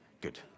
Good